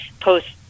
post